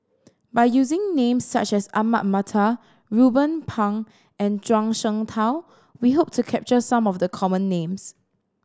by using names such as Ahmad Mattar Ruben Pang and Zhuang Shengtao we hope to capture some of the common names